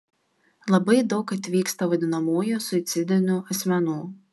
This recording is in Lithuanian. labai daug atvyksta vadinamųjų suicidinių asmenų